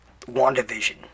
WandaVision